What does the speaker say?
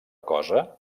cosa